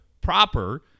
proper